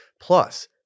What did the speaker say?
Plus